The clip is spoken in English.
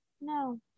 No